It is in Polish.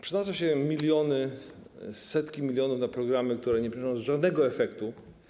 Przeznacza się miliony, setki milionów na programy, które nie przynoszą żadnego efektu.